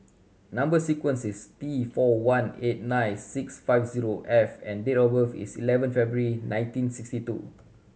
number sequence is T four one eight nine six five zero F and date of birth is eleven February nineteen sixty two